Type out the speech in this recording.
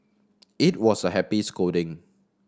it was a happy scolding